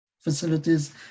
facilities